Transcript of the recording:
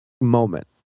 moment